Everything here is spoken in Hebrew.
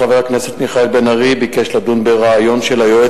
חבר הכנסת מיכאל בן-ארי ביקש לדון בריאיון של היועץ